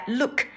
look